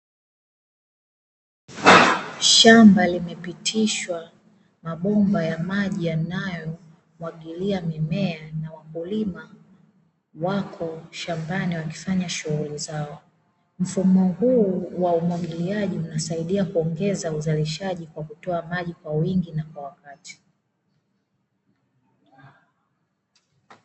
Shamba limepitishwa mabomba ya maji yanayo mwagilia mimea na wakulima wako shambani wakifanya shughuli zao. Mfumo huu wa umwagiliaji unasaidia kuongeza uzalishaji kwa kutoa maji kwa wingi na kwa wakati.